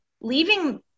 leaving